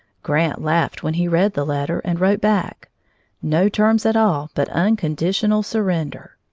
grant laughed when he read the letter and wrote back no terms at all but unconditional surrender!